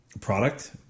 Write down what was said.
product